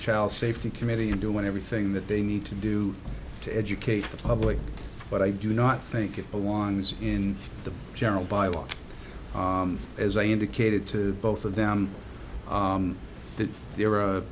child safety committee and doing everything that they need to do to educate the public but i do not think it belongs in the general by law as i indicated to both of them that there are